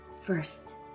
first